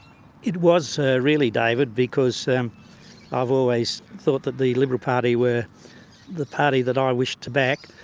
it was really, david, because so um i've always thought that the liberal party were the party that i wished to back.